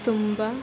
ತುಂಬ